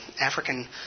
African